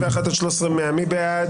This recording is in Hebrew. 13,021 עד 13,040, מי בעד?